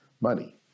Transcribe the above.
money